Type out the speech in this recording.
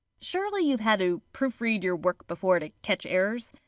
surely you have had to proofread your work before to catch errors?